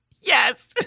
Yes